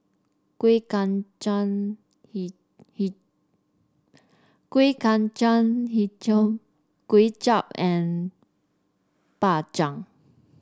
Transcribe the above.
Kueh Kacang he he Kueh Kacang hijau Kway Chap and Bak Chang